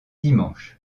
dimanche